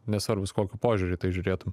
nesvarbu su kokiu požiūriu į tai žiūrėtum